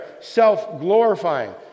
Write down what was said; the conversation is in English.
self-glorifying